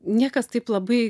niekas taip labai